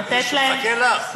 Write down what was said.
לתת להם, מחכה לך.